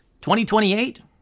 2028